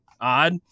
odd